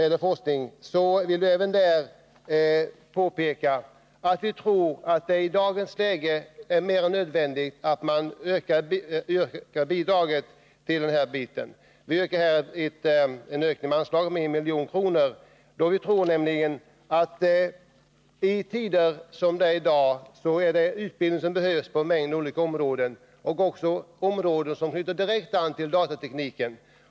Jag vill även här påpeka att vi tror att det i dagens läge är mer nödvändigt än någonsin att man ökar dessa medel. Vi har föreslagit en ökning av förevarande anslag med 1 milj.kr. utöver budgetpropositionens förslag. I dessa tider behövs nämligen utbildning på en mängd olika områden, även på områden som direkt knyter an till datatekniken.